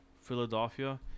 Philadelphia